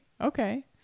Okay